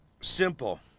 Simple